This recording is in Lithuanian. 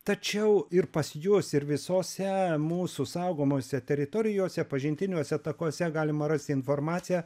tačiau ir pas jus ir visose mūsų saugomose teritorijose pažintiniuose takuose galima rasti informaciją